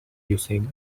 using